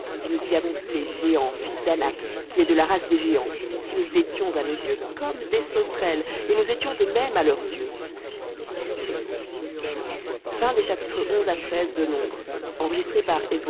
et nous y avons vu les géants fils d'anak qui est des géants et nous étions à nos yeux comme des sauterelles et nous étions de même à leurs yeux v